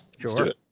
Sure